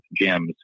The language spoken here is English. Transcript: gyms